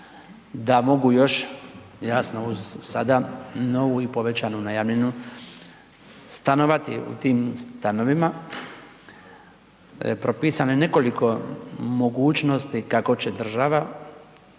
da mogu još, jasno uz sada novu i povećanu najamninu stanovati u tim stanovima, propisano je nekoliko mogućnosti kako će država